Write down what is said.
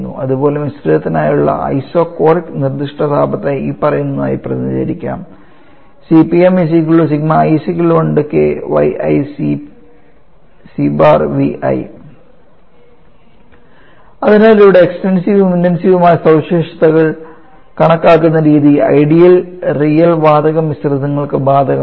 അതുപോലെ മിശ്രിതത്തിനായുള്ള ഐസോകോറിക് നിർദ്ദിഷ്ട താപത്തെ ഇനിപ്പറയുന്നവയായി പ്രതിനിധീകരിക്കാം അതിനാൽ ഇവിടെ എക്സ്ടെൻസീവ്വും ഇന്റെൻസീവ്മായ സവിശേഷതകൾ കണക്കാക്കുന്ന രീതി ഐഡിയൽ റിയൽ വാതക മിശ്രിതങ്ങൾക്ക് ബാധകമാണ്